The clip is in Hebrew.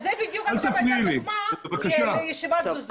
זאת בדיוק הייתה דוגמה לישיבה ב-זום.